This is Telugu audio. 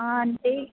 అంటే